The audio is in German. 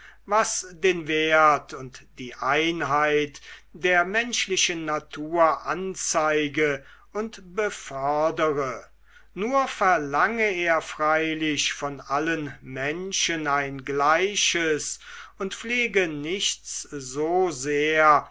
was den wert und die einheit der menschlichen natur anzeige und befördere nur verlange er freilich von allen andern menschen ein gleiches und pflege nichts so sehr